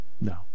no